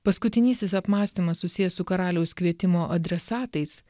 paskutinysis apmąstymas susijęs su karaliaus kvietimo adresatais